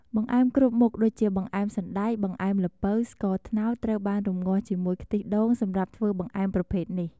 បង្អែមគ្រប់មុខដូចជា បង្អែមសណ្តែក បង្អែមល្ពៅ ស្ករត្នោតត្រូវបានរំងាស់ជាមួយខ្ទិះដូង សម្រាប់ធ្វើបង្អែមប្រភេទនេះ។